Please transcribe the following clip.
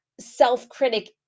self-critic